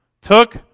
Took